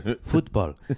Football